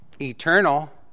eternal